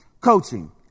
coaching